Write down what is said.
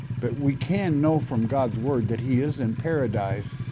but we can know from god's word that he is in paradise,